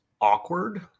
awkward